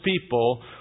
people